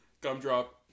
Gumdrop